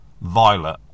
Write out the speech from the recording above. Violet